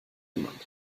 jemand